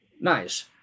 Nice